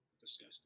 disgusting